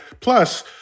Plus